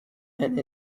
and